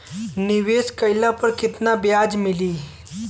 निवेश काइला पर कितना ब्याज मिली?